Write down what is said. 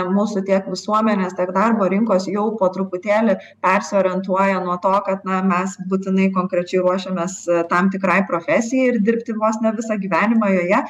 mūsų tiek visuomenės tiek darbo rinkos jau po truputėlį persiorientuoja nuo to kad na mes būtinai konkrečiai ruošiamės tam tikrai profesijai ir dirbti vos ne visą gyvenimą joje